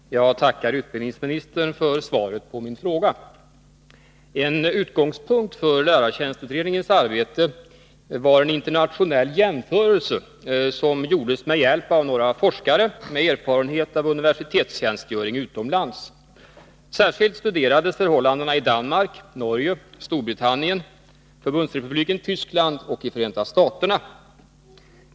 Herr talman! Jag tackar utbildningsministern för svaret på min fråga. En utgångspunkt för lärartjänstutredningens arbete är en internationell jämförelse, som gjordes med hjälp av några forskare med erfarenhet av universitetstjänstgöring utomlands. Särskilt studerades förhållandena i Danmark, Norge, Storbritannien, Förbundsrepubliken Tyskland och Förenta staterna.